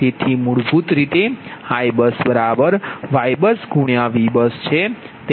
તેથી મૂળભૂત રીતે IBUSYBUSVBUS છે